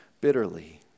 bitterly